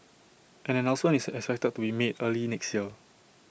an announcement is expected to be made early next year